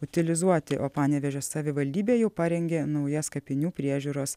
utilizuoti o panevėžio savivaldybė jau parengė naujas kapinių priežiūros